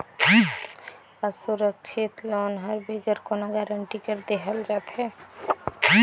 असुरक्छित लोन हर बिगर कोनो गरंटी कर देहल जाथे